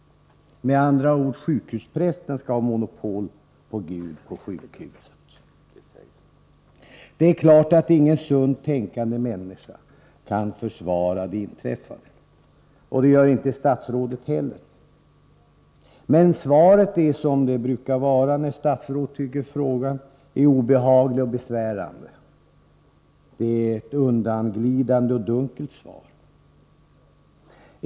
Med andra ord är det sjukhusprästen som skall ha monopol på Gud på sjukhuset. Det är klart att ingen sunt tänkande människa kan försvara det inträffade, och det gör inte statsrådet heller. Men svaret är, som det brukar vara när statsråd tycker att frågan är obehaglig och besvärande, undanglidande och dunkelt.